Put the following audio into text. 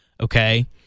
okay